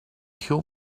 kill